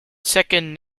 second